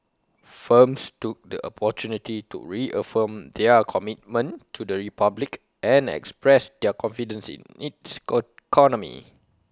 firms took the opportunity to reaffirm their commitment to the republic and express their confidence in its co